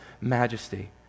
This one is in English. majesty